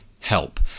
help